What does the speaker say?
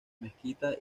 mezquita